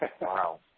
Wow